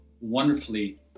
wonderfully